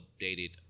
updated